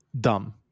dumb